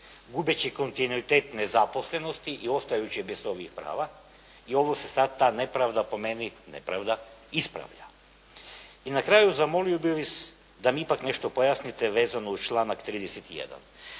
gubeći kontinuitet nezaposlenosti i ostajući bez ovih prava i ovo se sad ta nepravda, po meni nepravda ispravlja. I na kraju zamolio bih vas da mi ipak nešto pojasnite vezano uz članak 31.